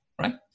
right